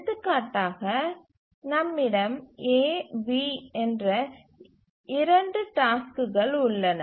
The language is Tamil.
எடுத்துக்காட்டாக நம்மிடம் A B என்ற 2 டாஸ்க்குகள் உள்ளன